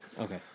Okay